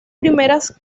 primeras